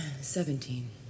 Seventeen